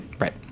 Right